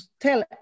tell